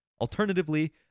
Alternatively